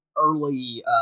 Early